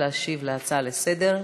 להשיב על ההצעות לסדר-היום.